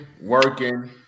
working